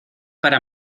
para